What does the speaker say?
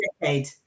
decade